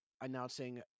announcing